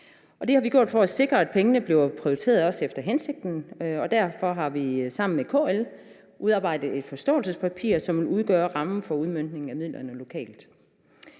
Det har vi gjort for at sikre, at pengene bliver prioriteret efter hensigten, og derfor har vi sammen med KL udarbejdet et forståelsespapir, som vil udgøre rammen for udmøntningen af midlerne lokalt.